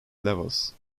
levels